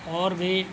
اور بھی